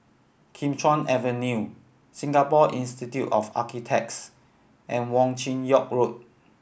Kim Chuan Avenue Singapore Institute of Architects and Wong Chin Yoke Road